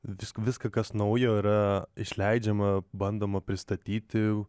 visi viska kas naujo yra išleidžiama bandoma pristatyti